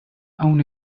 own